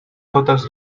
totes